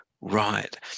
Right